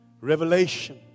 Revelation